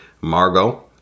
Margot